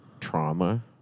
trauma